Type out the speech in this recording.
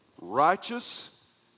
Righteous